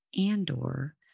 Andor